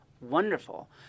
wonderful